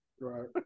Right